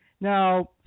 Now